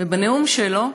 ובנאום שלו,